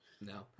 No